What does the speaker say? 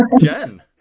Jen